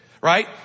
Right